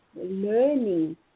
learning